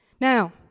Now